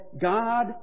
God